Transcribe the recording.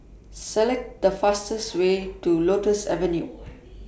Select The fastest Way to Lotus Avenue